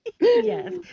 yes